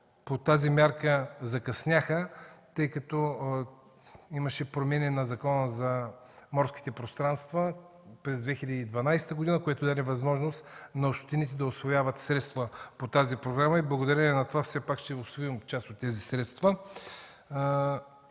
по тази мярка, тъй като имаше промени в Закона за морските пространства през 2012 г., което даде възможност на общините да усвояват средства по тази програма. Благодарение на това все пак ще усвоим част от тези средства.